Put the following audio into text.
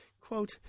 Quote